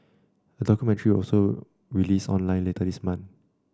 a documentary will also release online later this month